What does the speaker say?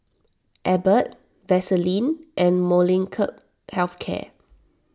Abbott Vaselin and Molnylcke Health Care